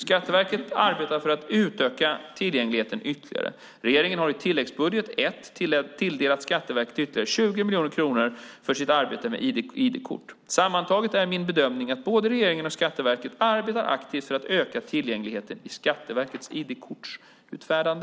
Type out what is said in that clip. Skatteverket arbetar för att utöka tillgängligheten ytterligare. Regeringen har i tilläggsbudget 1 tilldelat Skatteverket ytterligare 20 miljoner kronor för sitt arbete med ID-kort. Sammantaget är min bedömning att både regeringen och Skatteverket arbetar aktivt för att öka tillgängligheten i Skatteverkets ID-kortsutfärdande.